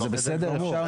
כן.